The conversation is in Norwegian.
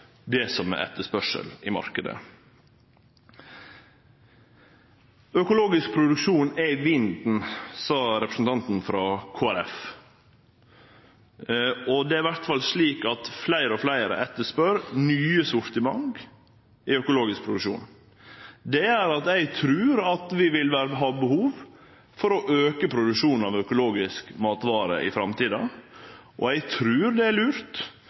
i marknaden. Økologisk produksjon er i vinden, sa representanten frå Kristeleg Folkeparti. Det er iallfall slik at fleire og fleire etterspør nye sortiment i økologisk produksjon. Det gjer at eg trur at vi vil ha behov for å auke produksjonen av økologiske matvarer i framtida, og eg trur det er lurt